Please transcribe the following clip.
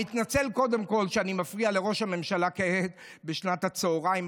אני מתנצל שאני מפריע לראש הממשלה בשנת הצוהריים,